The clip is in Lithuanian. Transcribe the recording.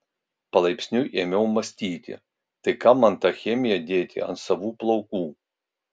palaipsniui ėmiau mąstyti tai kam man tą chemiją dėti ant savų plaukų